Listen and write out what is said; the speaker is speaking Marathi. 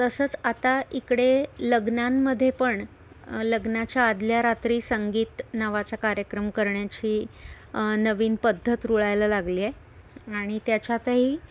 तसंच आता इकडे लग्नांमध्ये पण लग्नाच्या आधल्या रात्री संगीत नावाचा कार्यक्रम करण्याची नवीन पद्धत रुळायला लागली आहे आणि त्याच्यातही